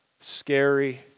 Scary